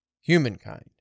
humankind